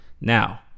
Now